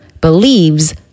believes